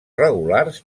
regulars